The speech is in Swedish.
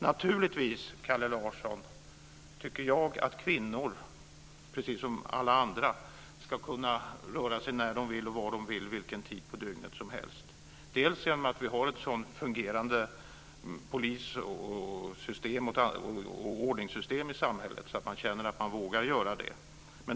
Naturligtvis, Kalle Larsson, tycker jag att kvinnor precis som alla andra ska kunna röra sig när de vill och var de vill, vilken tid på dygnet som helst. Det ska de kunna genom att vi har ett sådant fungerande ordningssystem i samhället att de känner att de vågar göra det.